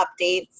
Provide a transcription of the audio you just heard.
updates